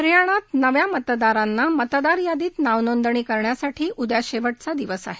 हरयाणात नव्या मतदारांना मतदार यादीत नाव नोंदणी करण्यासाठी उद्या शेवटचा दिवस आहे